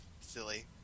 silly